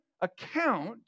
account